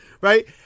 right